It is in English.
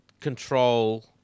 control